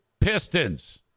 Pistons